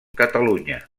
catalunya